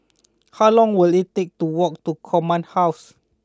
how long will it take to walk to Command House